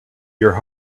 your